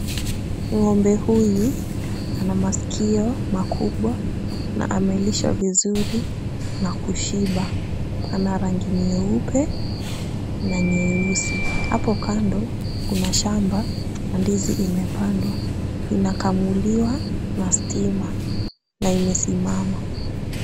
Ng'ombe huyu ana masikio makubwa na amelishwa vizuri na kushiba. Ana rangi nyeupe na nyeusi, hapo kando kuna shamba na ndizi imepandwa. Inakamuliwa na stima na imesimama.